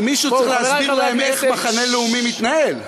כי מישהו צריך להסביר להם איך מחנה לאומי מתנהל.